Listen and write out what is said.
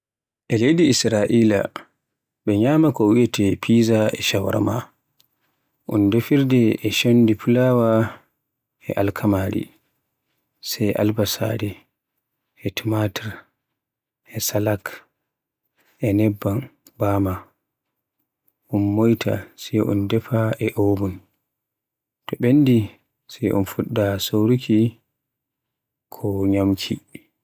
E leydi Israel be nyama ko wiyeete Pizza ko shawarma un defirde e chondi fulaawa ko alkamaari sai albasare e tumatur e salak e nebban bama, un moyta sai un defa e oven, to ɓendi sai un fuɗɗa soruki ko nyamki.